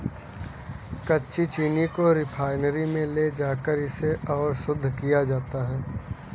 कच्ची चीनी को रिफाइनरी में ले जाकर इसे और शुद्ध किया जाता है